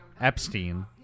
Epstein